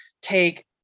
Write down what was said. take